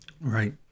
Right